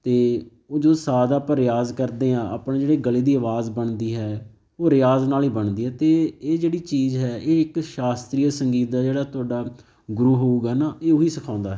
ਅਤੇ ਉਹ ਜੋ ਸਾ ਦਾ ਆਪਾਂ ਰਿਆਜ਼ ਕਰਦੇ ਹਾਂ ਆਪਣੇ ਜਿਹੜੇ ਗਲੇ ਦੀ ਆਵਾਜ਼ ਬਣਦੀ ਹੈ ਉਹ ਰਿਆਜ਼ ਨਾਲ ਹੀ ਬਣਦੀ ਹੈ ਅਤੇ ਇਹ ਜਿਹੜੀ ਚੀਜ਼ ਹੈ ਇਹ ਇੱਕ ਸ਼ਾਸਤਰੀ ਸੰਗੀਤ ਦਾ ਜਿਹੜਾ ਤੁਹਾਡਾ ਗੁਰੂ ਹੋਵੇਗਾ ਨਾ ਇਹ ਉਹੀ ਸਿਖਾਉਂਦਾ ਹੈ